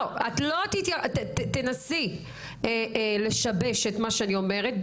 את לא תנסי לשבש את מה שאני אומרת,